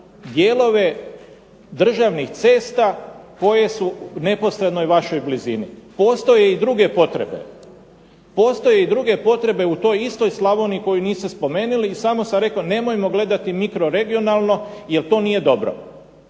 dijelove državnih cesta koje su u neposrednoj vašoj blizini. Postoje i druge potrebe. Postoje i druge potrebe u toj istoj Slavoniji koje niste spomenuli i samo sam rekao nemojmo gledati mikroregionalno jer to nije dobro.